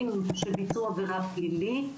ביצוע עבירה פלילית.